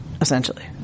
essentially